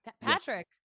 Patrick